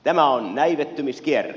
tämä on näivettymiskierre